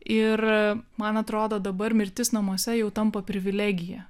ir man atrodo dabar mirtis namuose jau tampa privilegija